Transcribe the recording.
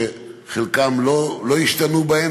שחלקם לא השתנו בו,